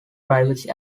privacy